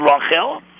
Rachel